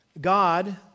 God